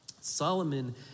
Solomon